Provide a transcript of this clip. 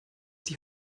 die